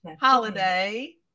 holiday